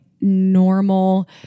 normal